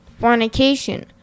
fornication